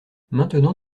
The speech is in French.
maintenant